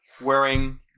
wearing